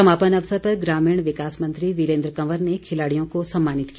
समापन अवसर पर ग्रामीण विकास मंत्री वीरेन्द्र कंवर ने खिलाड़ियों को सम्मानित किया